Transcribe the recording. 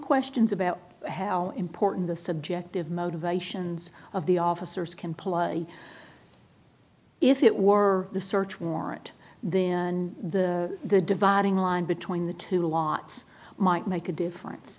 questions about how important the subjective motivations of the officers comply if it were the search warrant then the dividing line between the two lots might make a difference